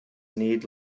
need